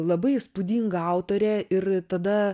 labai įspūdinga autorė ir tada